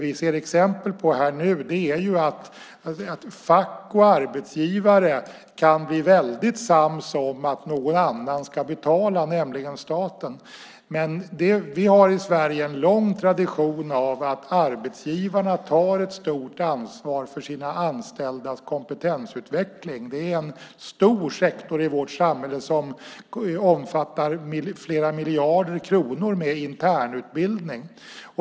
Vi ser exempel på att fack och arbetsgivare kan bli väldigt sams om att någon annan ska betala, nämligen staten. Men vi har i Sverige en lång tradition av att arbetsgivarna tar ett stort ansvar för sina anställdas kompetensutveckling. Det är en stor sektor i vårt samhälle som omfattar flera miljarder kronor med internutbildning.